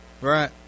Right